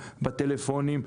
בטלפונים,